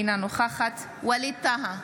אינה נוכחת ווליד טאהא,